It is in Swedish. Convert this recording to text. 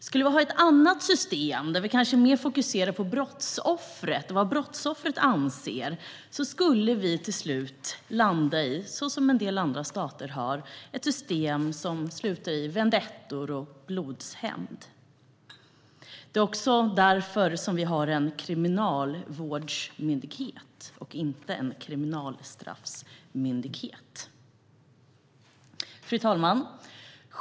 Skulle vi ha ett annat system där vi kanske fokuserade mer på brottsoffret och vad brottsoffret anser skulle vi till slut - vilket en del andra stater har gjort - landa i ett system som slutar i vendettor och blodshämnd. Det är också därför vi har en kriminalvårdsmyndighet och inte en kriminalstraffsmyndighet. Fru talman!